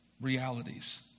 realities